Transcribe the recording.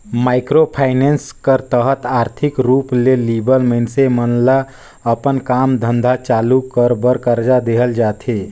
micro finance कर तहत आरथिक रूप ले लिबल मइनसे मन ल अपन काम धंधा चालू कर बर करजा देहल जाथे